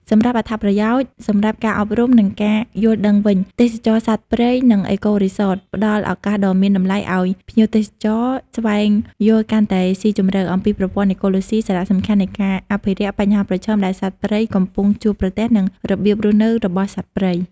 សម្រាប់់អត្ថប្រយោជន៍សម្រាប់ការអប់រំ និងការយល់ដឹងវិញ ទេសចរណ៍សត្វព្រៃ និង អេកូរីសត ផ្ដល់ឱកាសដ៏មានតម្លៃឱ្យភ្ញៀវទេសចរស្វែងយល់កាន់តែស៊ីជម្រៅអំពីប្រព័ន្ធអេកូឡូស៊ី សារៈសំខាន់នៃការអភិរក្ស បញ្ហាប្រឈមដែលសត្វព្រៃកំពុងជួបប្រទះ និងរបៀបរស់នៅរបស់សត្វព្រៃ។